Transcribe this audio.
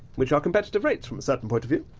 which are competitive rates from a certain point of view.